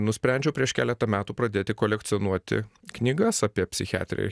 nusprendžiau prieš keletą metų pradėti kolekcionuoti knygas apie psichiatriją